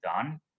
done